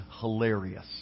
hilarious